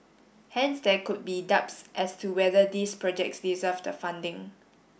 hence there could be doubts as to whether these projects deserved the funding